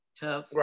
Tough